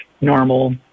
normal